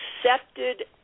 accepted